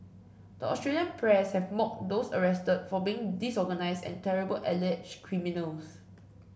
the Australian press have mocked those arrested for being disorganised and terrible alleged criminals